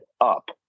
up